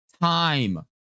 time